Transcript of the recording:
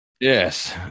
Yes